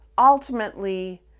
ultimately